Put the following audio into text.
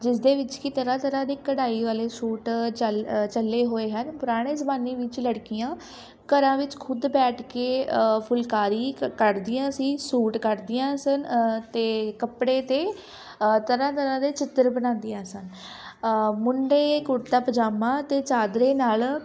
ਜਿਸਦੇ ਵਿੱਚ ਕਿ ਤਰ੍ਹਾਂ ਤਰ੍ਹਾਂ ਦੀ ਕਢਾਈ ਵਾਲੇ ਸੂਟ ਚੱਲ ਚੱਲੇ ਹੋਏ ਹਨ ਪੁਰਾਣੇ ਜ਼ਮਾਨੇ ਵਿੱਚ ਲੜਕੀਆਂ ਘਰਾਂ ਵਿੱਚ ਖੁਦ ਬੈਠ ਕੇ ਫੁਲਕਾਰੀ ਕ ਕੱਢਦੀਆਂ ਸੀ ਸੂਟ ਕੱਢਦੀਆਂ ਸਨ ਅਤੇ ਕੱਪੜੇ 'ਤੇ ਤਰ੍ਹਾਂ ਤਰ੍ਹਾਂ ਦੇ ਚਿੱਤਰ ਬਣਾਉਂਦੀਆਂ ਸਨ ਮੁੰਡੇ ਕੁੜਤਾ ਪਜਾਮਾ ਅਤੇ ਚਾਦਰੇ ਨਾਲ਼